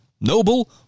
noble